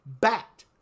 bat